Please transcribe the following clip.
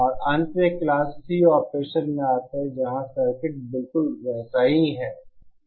और अंत में क्लास C ऑपरेशन में आते हैं जहां सर्किट बिल्कुल वैसा ही है